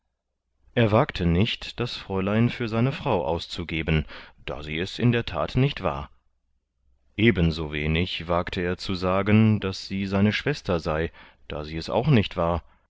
er wagte nicht das fräulein für seine frau auszugeben da sie es in der that nicht war eben so wenig wagte er zu sagen daß sei seine schwester sei da sie es auch nicht war